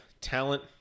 talent